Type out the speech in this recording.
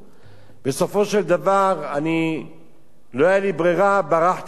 בסופו של דבר לא היתה לי ברירה, ברחתי מהרכב.